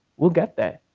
we'll get there.